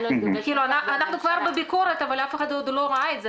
אנחנו כבר בביקורת אבל אף אחד עוד לא ראה את זה,